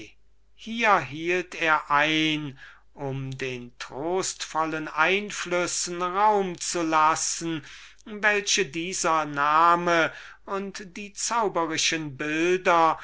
hier hielt er inn um den trostvollen einflüssen raum zu lassen welche dieser name und die zauberischen bilder